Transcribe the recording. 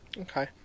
Okay